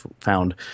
found